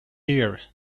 year